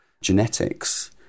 genetics